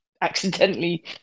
accidentally